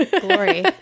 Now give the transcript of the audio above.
glory